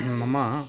मम